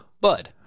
bud